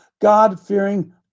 God-fearing